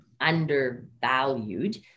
undervalued